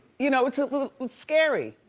you know, it's ah scary.